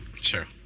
Sure